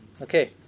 okay